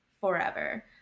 forever